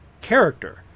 character